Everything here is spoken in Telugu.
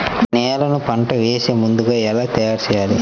నేలను పంట వేసే ముందుగా ఎలా తయారుచేయాలి?